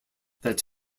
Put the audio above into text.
that